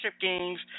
games